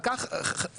על כך מעסיקים,